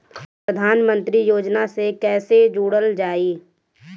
प्रधानमंत्री योजना से कैसे जुड़ल जाइ?